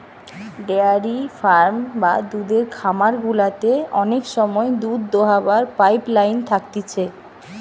dairy farm বা দুধের খামার গুলাতে অনেক সময় দুধ দোহাবার পাইপ লাইন থাকতিছে